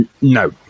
No